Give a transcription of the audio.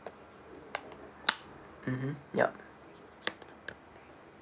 mmhmm yup